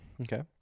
Okay